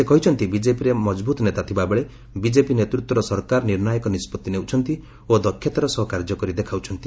ସେ କହିଛନ୍ତି ବିଜେପିରେ ମଙ୍ଗଭୁତ ନେତା ଥିବାବେଳେ ବିଜେପି ନେତୃତ୍ୱର ସରକାର ନିର୍ଷ୍ଣାୟକ ନିଷ୍କଭି ନେଉଛନ୍ତି ଓ ଦକ୍ଷତାର ସହ କାର୍ଯ୍ୟ କରି ଦେଖାଉଛନ୍ତି